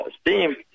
steam